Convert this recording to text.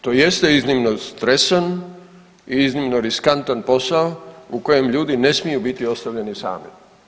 To je iznimno stresan i iznimno riskantan posao u kojem ljudi ne smiju biti ostavljeni sami.